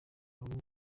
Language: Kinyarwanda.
rumwe